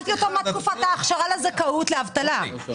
שאלתי אותו מה תקופת ההכשרה לזכאות לאבטלה.